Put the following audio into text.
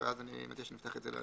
ואז אני מציע שנפתח את זה לדיון.